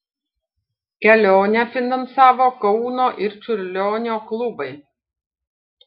kelionę finansavo kauno ir čiurlionio klubai